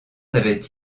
n’avaient